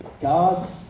God's